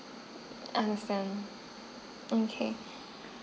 understand okay